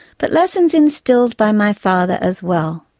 but lessons instilled by my father as well.